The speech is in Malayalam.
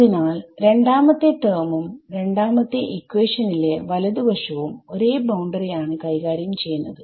അതിനാൽ രണ്ടാമത്തെ ടെർമും രണ്ടാമത്തെ ഇക്വാഷനിലെ വലതു വശവും ഒരേ ബൌണ്ടറി ആണ് കൈകാര്യം ചെയ്യുന്നത്